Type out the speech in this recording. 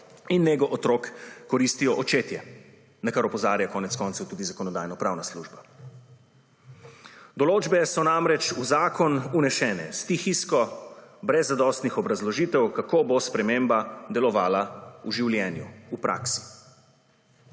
in nego otrok koristijo očetje, na kar opozarja, konec koncev, tudi Zakonodajno-pravna služba. Določbe so namreč v zakon vnesene stihijsko, brez zadostnih obrazložitev, kako bo sprememba delovala v življenju, v praksi.